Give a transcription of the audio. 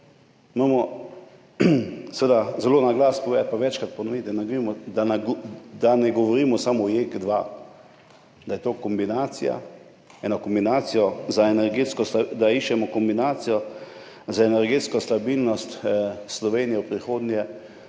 moramo zelo na glas povedati in večkrat ponoviti, da ne govorimo samo o JEK2, da je to kombinacija, da iščemo kombinacijo za energetsko stabilnost Slovenije v prihodnje